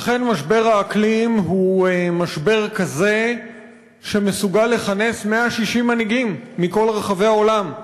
אכן משבר האקלים הוא משבר כזה שמסוגל לכנס 160 מנהיגים מכל רחבי העולם.